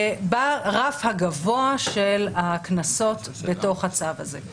ברף הגבוה של הקנסות לתוך הצו הזה.